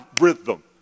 rhythm